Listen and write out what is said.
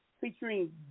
featuring